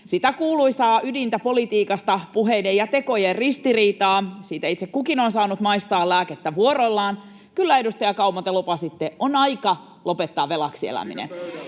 siitä kuuluisasta politiikan ytimestä, puheiden ja tekojen ristiriidasta — siitä itse kukin on saanut maistaa lääkettä vuorollaan. Kyllä, edustaja Kauma, te lupasitte, että on aika lopettaa velaksi eläminen,